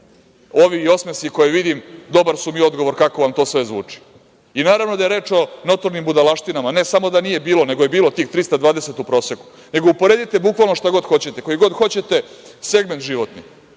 Ovi osmesi koje vidim, dobara su mi odgovor kako vam sve to zvuči. Naravno, da je reč o notornim budalaštinama, ne samo da nije bilo, nego je bilo tih 320 u proseku. Nego uporedite bukvalno šta god hoćete, koji god hoćete segment života,